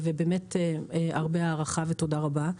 באמת הרבה הערכה ותודה רבה.